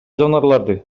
жаныбарларды